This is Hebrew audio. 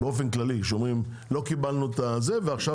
באופן כללי שאומרים לא קיבלנו את הזה ועכשיו